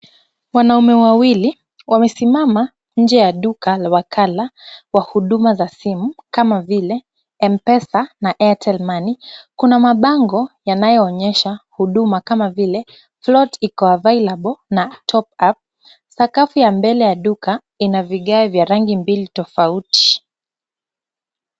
Wanaume wawili wamesimama nje ya duka la wakala wa huduma za simu kama vile M-Pesa na Airtel Money. Kuna mabango yanayoonyesha huduma kama vile float iko available na top up . Sakafu ya mbele ya duka ina vigae vya rangi mbili tofauti.